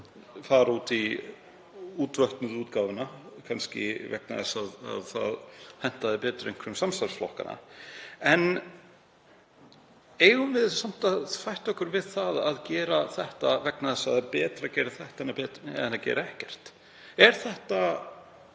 fara í útvötnuðu útgáfuna, kannski vegna þess að það hentaði betur einhverjum samstarfsflokkanna. En eigum við samt að sætta okkur við að gera þetta vegna þess að það er betra en að gera ekkert? Er þetta